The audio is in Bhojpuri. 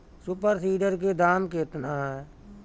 सुपर सीडर के दाम केतना ह?